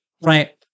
right